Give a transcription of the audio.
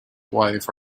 wife